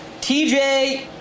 TJ